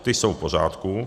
Ty jsou v pořádku.